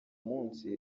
munsi